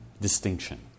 distinction